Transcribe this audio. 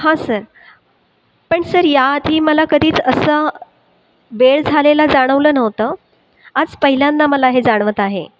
हा सर पण सर या आधी मला कधीच असं वेळ झालेला जाणवलं नव्हतं आज पहिल्यांदा मला हे जाणवत आहे